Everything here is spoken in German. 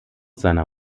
seiner